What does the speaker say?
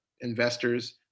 investors